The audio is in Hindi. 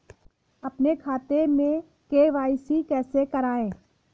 अपने खाते में के.वाई.सी कैसे कराएँ?